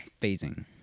Phasing